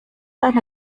eine